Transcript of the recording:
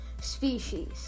species